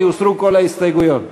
כי הוסרו כל ההסתייגויות.